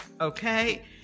Okay